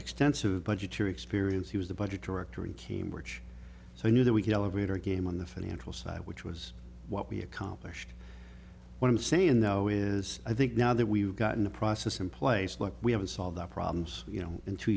extensive budget your experience he was the budget director in cambridge so i knew that we can elevate our game on the financial side which was what we accomplished what i'm saying though is i think now that we've gotten a process in place look we haven't solved the problems you know in two